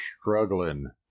struggling